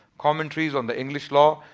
commentaries on the english law.